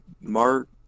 mark